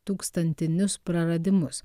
tūkstantinius praradimus